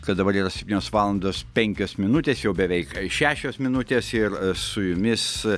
kad dabar yra septynios valandos penkios minutės jau beveik šešios minutės ir su jumis